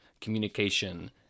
communication